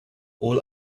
all